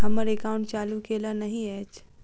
हम्मर एकाउंट चालू केल नहि अछि?